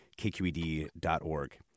KQED.org